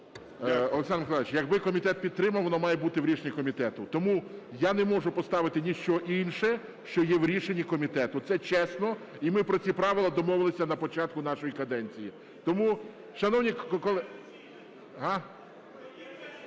Олександр Миколайович, якби комітет підтримав, воно має бути в рішенні комітету. Тому я не можу поставити ніщо інше, що є в рішенні комітету. Це чесно, і ми про ці правила домовилися на початку нашої каденції.